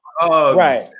Right